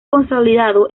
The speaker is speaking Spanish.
consolidado